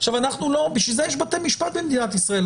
בשביל זה יש בתי משפט במדינת ישראל,